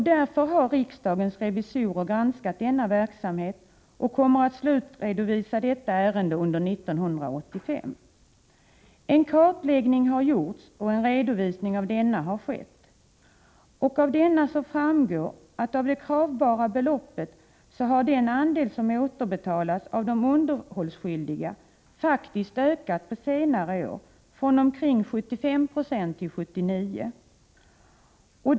Därför har riksdagens revisorer granskat denna verksamhet, och man kommer att slutredovisa detta ärende under 1985. En kartläggning har gjorts, och en redovisning av denna har skett. Av detta framgår att av det återkrävbara beloppet har den andel som återbetalats av de underhållsskyldiga faktiskt ökat på senare år — från omkring 75 I till 79 Jo.